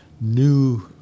new